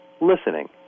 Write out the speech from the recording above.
Listening